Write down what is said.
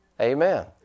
Amen